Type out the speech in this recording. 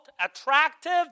attractive